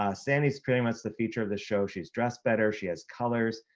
ah sandy's pretty much the feature of the show, she's dressed better, she has colors.